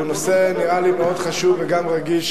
הוא נראה לי נושא מאוד חשוב וגם רגיש